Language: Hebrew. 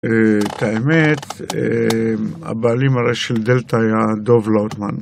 את האמת... הבעלים האלה של דלתא היה דוב לוטמן.